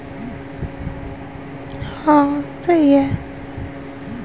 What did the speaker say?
अब से आर.टी.जी.एस की सुविधा तुमको चौबीस घंटे दी जाएगी